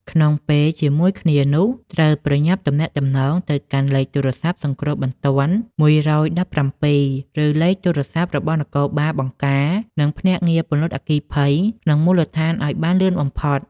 ក្នុងពេលជាមួយគ្នានោះ ត្រូវប្រញាប់ទំនាក់ទំនងទៅកាន់លេខទូរស័ព្ទសង្គ្រោះបន្ទាន់ ១១៧ ឬលេខទូរស័ព្ទរបស់នគរបាលបង្ការ និងភ្នាក់ងារពន្លត់អគ្គីភ័យក្នុងមូលដ្ឋានឱ្យបានលឿនបំផុត។